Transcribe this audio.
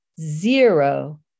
zero